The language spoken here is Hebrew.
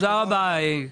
תודה רבה, גדי.